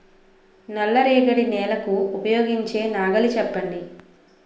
నల్ల రేగడి నెలకు ఉపయోగించే నాగలి చెప్పండి?